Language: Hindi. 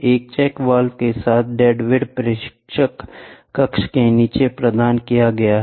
एक चेक वाल्व के साथ डेडवेट परीक्षक कक्ष के नीचे प्रदान किया गया है